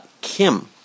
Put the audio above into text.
Kim